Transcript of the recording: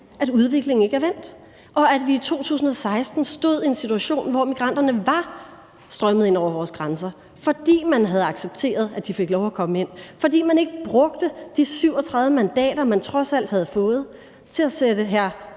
at udviklingen ikke er vendt, og at vi i 2016 stod i en situation, hvor migranterne var strømmet ind over vores grænser, fordi man havde accepteret, at de fik lov at komme ind, og fordi man ikke brugte de 37 mandater, man trods alt havde fået, til at sætte hr.